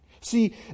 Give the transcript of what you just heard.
See